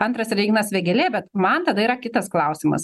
antras yra ignas vėgėlė bet man tada yra kitas klausimas